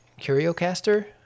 CurioCaster